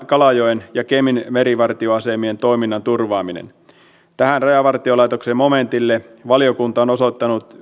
kalajoen ja kemin merivartioasemien toiminnan turvaamisesta tähän rajavartiolaitoksen momentille valiokunta on osoittanut